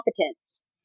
competence